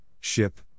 Ship